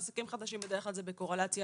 עסקים חדשים בדרך כלל זה בקורלציה